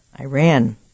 Iran